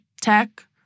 tech